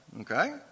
okay